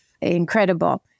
Incredible